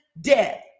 death